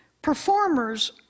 Performers